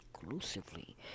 exclusively